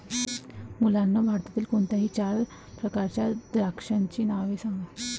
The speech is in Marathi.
मुलांनो भारतातील कोणत्याही चार प्रकारच्या द्राक्षांची नावे सांगा